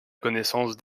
connaissance